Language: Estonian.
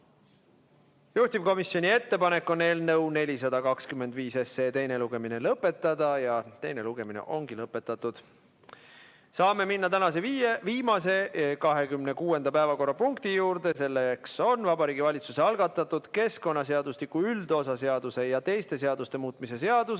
Juhtivkomisjoni ettepanek on eelnõu 425 teine lugemine lõpetada ja teine lugemine ongi lõpetatud. Saame minna tänase viimase, 26. päevakorrapunkti juurde. See on Vabariigi Valitsuse algatatud keskkonnaseadustiku üldosa seaduse ja teiste seaduste muutmise seaduse